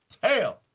Tail